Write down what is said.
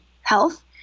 health